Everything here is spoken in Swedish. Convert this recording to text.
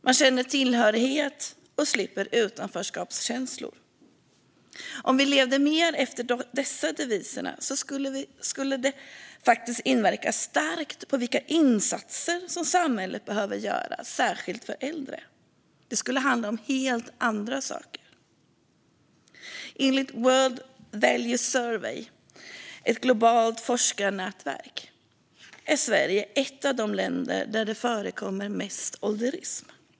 Man känner tillhörighet och slipper utanförskapskänslor. Om vi levde mer efter dessa deviser skulle det inverka starkt på vilka insatser samhället behöver göra särskilt för äldre. Det skulle handla om helt andra saker. Enligt World Values Survey, ett globalt forskarnätverk, är Sverige ett av de länder där det förekommer mest ålderism.